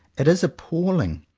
it is appalling,